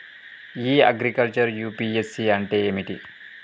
ఇ agriculture UPSC అంటే ఏమిటి?